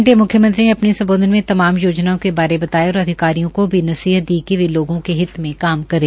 सवा घंटे मुख्यमंत्री ने अपने संबोधन में तमाम योजनाओं के बारे में बताया और अधिकारियों को भी नसहियत दी कि वो लोगों के हित में काम करे